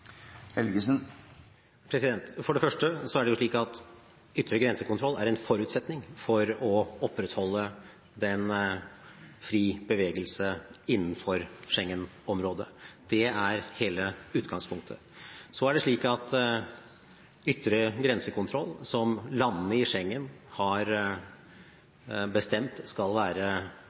For det første er det slik at ytre grensekontroll er en forutsetning for å opprettholde fri bevegelse innenfor Schengen-området. Det er hele utgangspunktet. Så er det slik at ytre grensekontroll – som landene i Schengen har bestemt skal være